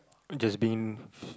just being